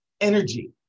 energy